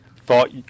thought